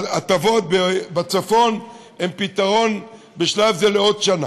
הטבות בצפון הן פתרון בשלב זה לעוד שנה,